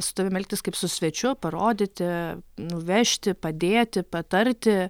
su tavim elgtis kaip su svečiu parodyti nuvežti padėti patarti